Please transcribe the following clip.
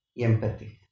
empathy